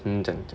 可以这样讲